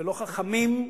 ולא חכמים,